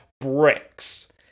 bricks